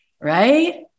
Right